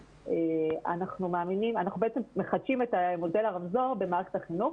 אנחנו בעצם מחדשים את מודל הרמזור במערכת החינוך,